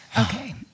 Okay